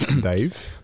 Dave